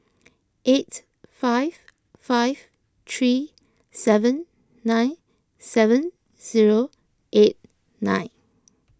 eight five five three seven nine seven zero eight nine